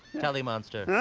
telly monster,